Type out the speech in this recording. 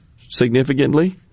significantly